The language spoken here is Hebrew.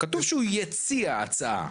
כתוב שהוא יציע הצעה.